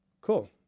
cool